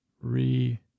re